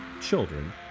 children